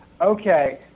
Okay